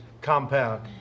compound